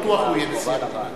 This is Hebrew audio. הוא בטוח יהיה נשיא המדינה.